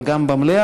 אבל גם במליאה,